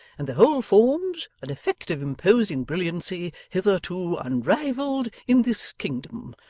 and the whole forms an effect of imposing brilliancy hitherto unrivalled in this kingdom.